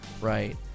right